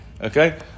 Okay